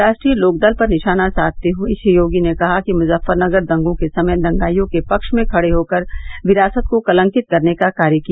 राष्ट्रीय लोकदल पर निशाना साधते हुए श्री योगी ने कहा कि मुजफ्फरनगर दंगों के समय दंगाइयों के पक्ष में खड़े होकर विरासत को कलंकित करने का कार्य किया